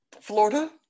Florida